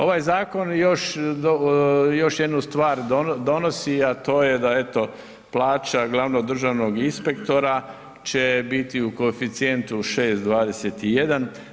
Ovaj zakon još, još jednu stvar donosi, a to je da eto plaća glavnog državnog inspektora će biti u koeficijentu 6,21.